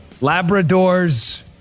Labradors